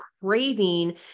craving